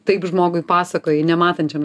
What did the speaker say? taip žmogui pasakoji nematančiam ž